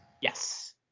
Yes